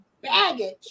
Baggage